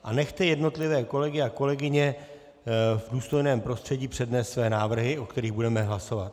A nechte jednotlivé kolegy a kolegyně v důstojném prostředí přednést své návrhy, o kterých budeme hlasovat.